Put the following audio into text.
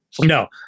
No